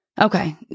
Okay